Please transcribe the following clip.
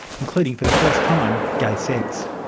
including for the first time gay sex.